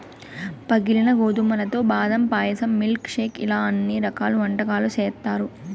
పగిలిన గోధుమలతో బాదం పాయసం, మిల్క్ షేక్ ఇలా అన్ని రకాల వంటకాలు చేత్తారు